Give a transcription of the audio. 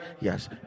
yes